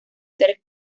ser